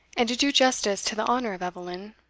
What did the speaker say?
and to do justice to the honour of eveline,